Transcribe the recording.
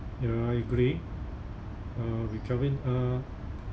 ya I agree uh with kelvin uh